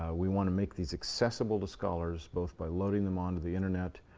we want to make these accessible to scholars, both by loading them onto the internet,